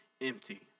empty